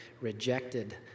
rejected